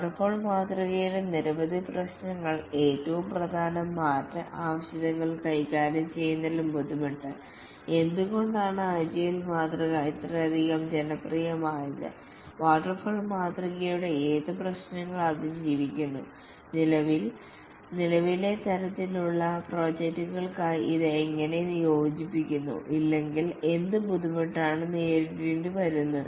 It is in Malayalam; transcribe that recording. വാട്ടർഫാൾ മാതൃകയിലെ നിരവധി പ്രശ്നങ്ങൾ ഏറ്റവും പ്രധാനം മാറ്റ ആവശ്യകതകൾ കൈകാര്യം ചെയ്യുന്നതിലെ ബുദ്ധിമുട്ട് എന്തുകൊണ്ടാണ് അജിലേ മാതൃക ഇത്രയധികം ജനപ്രിയമായത് വാട്ടർഫാൾ മാതൃകയുടെ ഏത് പ്രശ്നങ്ങളെ അതിജീവിക്കുന്നു നിലവിലെ തരത്തിലുള്ള പ്രോജക്ടുകളുമായി ഇത് എങ്ങനെ യോജിക്കുന്നു ഇല്ലെങ്കിൽ എന്ത് ബുദ്ധിമുട്ടാണ് നേരിടേണ്ടിവരുന്നത്